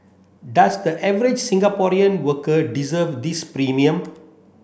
does the average Singaporean worker deserve this premium